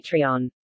Patreon